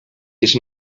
dis